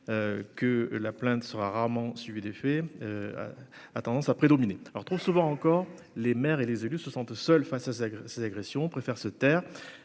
que la plainte sera rarement suivies d'effet, a tendance à prédominer alors trop souvent encore les maires et les élus se sentent seuls, face à ça, cette agression préfère se taire